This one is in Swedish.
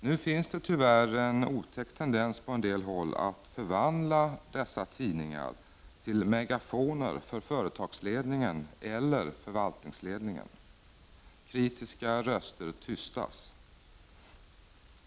Nu finns det tyvärr en otäck tendens på många håll att förvandla dessa tidningar till megafoner för företagsledningen eller förvaltningsledningen. Kritiska röster tystas.